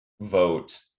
vote